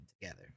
together